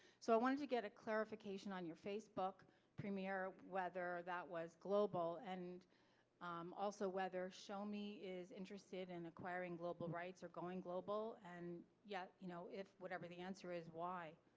so i wanted to get a clarification on your facebook premiere, whether that was global, and also whether shomi is interested in acquiring global rights or going global, and yet you know if whatever the answer is, why?